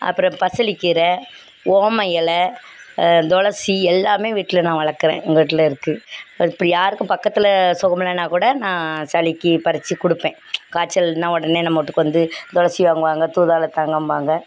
அப்புறம் பசலைக்கீர ஓம எலை துளசி எல்லாமே வீட்டில் நான் வளர்க்குறேன் எங்கள் வீட்டில் இருக்குது அது இப்படி யாருக்கும் பக்கத்தில் சுகம் இல்லைன்னா கூட நான் சளிக்கு பறிச்சுக் கொடுப்பேன் காய்ச்சல்னால் உடனே நம்ம வீட்டுக்கு வந்து துளசி வாங்குவாங்க தூதுவளை தாங்கம்பாங்க